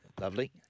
Lovely